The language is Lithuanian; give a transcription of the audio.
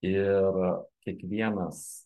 ir kiekvienas